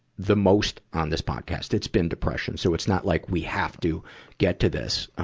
the most on this podcast, it's been depression. so it's not like we have to get to this.